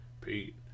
Pete